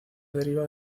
deriva